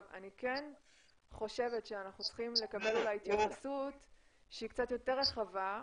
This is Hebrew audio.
אני כן חושבת שאנחנו צריכים לקבל התייחסות שהיא קצת יותר רחבה,